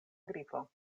grifo